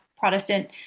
Protestant